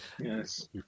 Yes